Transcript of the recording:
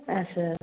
असं